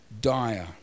dire